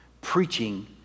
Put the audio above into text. preaching